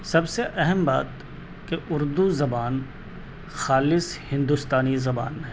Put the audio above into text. سب سے اہم بات کہ اردو زبان خالص ہندوستانی زبان ہے